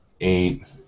Eight